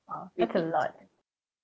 ah that's a lot